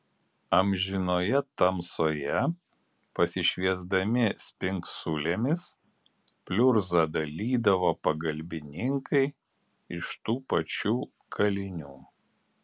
amžinoje tamsoje pasišviesdami spingsulėmis pliurzą dalydavo pagalbininkai iš tų pačių kalinių